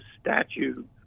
statute